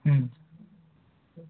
ಹ್ಞೂ